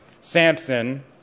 Samson